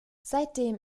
seitdem